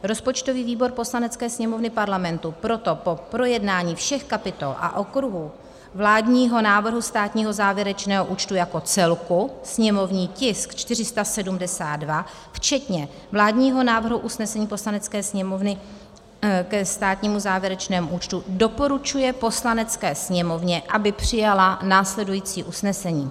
Rozpočtový výbor Poslanecké sněmovny Parlamentu proto po projednání všech kapitol a okruhů vládního návrhu státního závěrečného účtu jako celku, sněmovní tisk 472, včetně vládního návrhu usnesení Poslanecké sněmovny ke státnímu závěrečnému účtu doporučuje Poslanecké sněmovně, aby přijala následující usnesení: